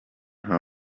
her